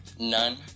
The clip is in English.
None